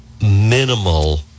minimal